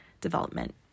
development